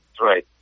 Right